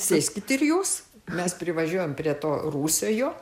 sėskit ir jūs mes privažiuojam prie to rūsio jo